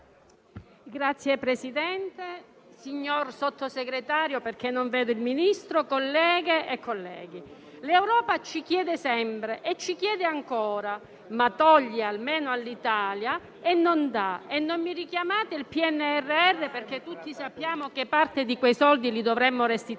Signor Presidente, signor Sottosegretario - non vedo il Ministro - colleghe e colleghi, l'Europa ci chiede sempre e ci chiede ancora, ma toglie - almeno all'Italia - e non dà. Non mi richiamate il PNRR, perché tutti sappiamo che parte di quei soldi li dovremo restituire